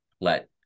let